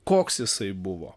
koks jisai buvo